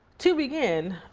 to begin,